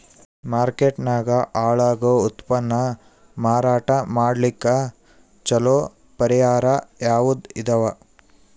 Market ನಾಗ ಹಾಳಾಗೋ ಉತ್ಪನ್ನ ಮಾರಾಟ ಮಾಡಲಿಕ್ಕ ಚಲೋ ಪರಿಹಾರ ಯಾವುದ್ ಇದಾವ?